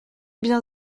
bien